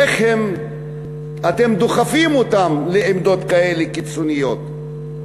איך אתם דוחפים אותם לעמדות כאלה קיצוניות.